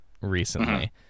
recently